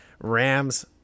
Rams